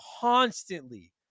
constantly